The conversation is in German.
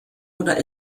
oder